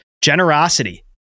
Generosity